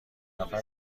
نفر